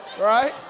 right